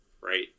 right